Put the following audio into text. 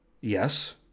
Yes